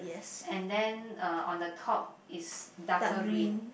and then uh on the top is darker green